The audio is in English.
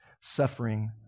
suffering